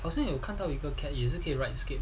好像看到有一个 cat 也是可以 ride skateboard